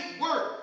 work